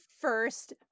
first